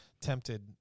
tempted